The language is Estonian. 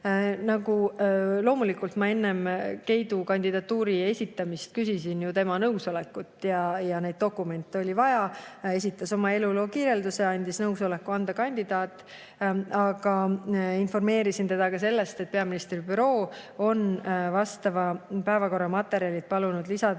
Loomulikult ma enne Keidu kandidatuuri esitamist küsisin ju tema nõusolekut. Oli vaja dokumente. Ta esitas oma elulookirjelduse, andis nõusoleku [olla] kandidaat. Informeerisin teda ka sellest, et peaministri büroo on vastava päevakorra materjalid palunud lisada